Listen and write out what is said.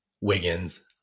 Wiggins